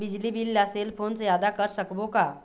बिजली बिल ला cell phone से आदा कर सकबो का?